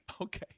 Okay